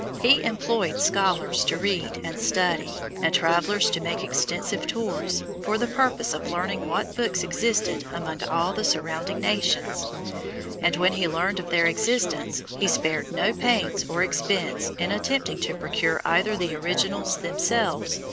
he employed scholars to read and study, and travelers to make extensive tours, for the purpose of learning what books existed among all the surrounding nations and, when he learned of their existence, he spared no pains or expense in attempting to procure either the originals themselves,